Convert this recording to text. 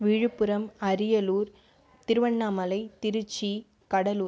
Villupuram Ariyalur Tiruvannamalai Tiruchi Cuddalore